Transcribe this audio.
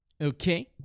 Okay